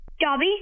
Dobby